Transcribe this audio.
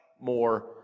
more